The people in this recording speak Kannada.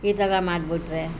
ಈ ಥರ ಮಾಡಿಬಿಟ್ರೆ